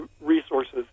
resources